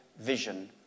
vision